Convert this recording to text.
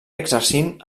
exercint